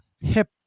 hip